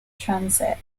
transit